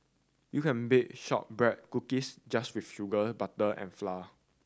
you can bake shortbread cookies just with sugar butter and flour